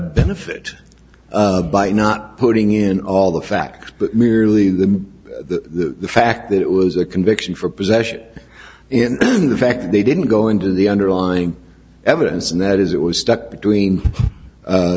benefit by not putting in all the facts but merely the the fact that it was a conviction for possession in fact they didn't go into the underlying evidence and that is it was stuck between